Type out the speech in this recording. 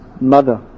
mother